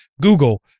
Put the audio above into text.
Google